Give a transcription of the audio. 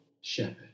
shepherd